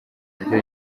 buryo